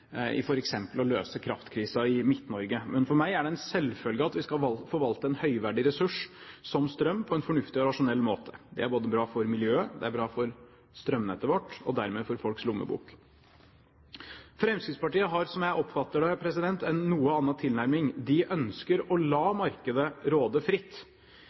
å løse kraftkrisen i Midt-Norge. Men for meg er det en selvfølge at vi skal forvalte en høyverdig ressurs som strøm på en fornuftig og rasjonell måte. Det er bra for miljøet, det er bra for strømnettet vårt og dermed for folks lommebok. Fremskrittspartiet har, slik jeg oppfatter det, en noe annen tilnærming. De ønsker å la markedet råde fritt.